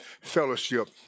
Fellowship